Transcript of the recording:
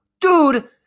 dude